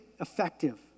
effective